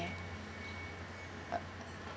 uh